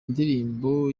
ndirimbo